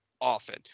often